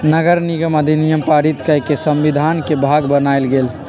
नगरनिगम अधिनियम पारित कऽ के संविधान के भाग बनायल गेल